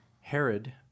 Herod